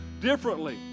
differently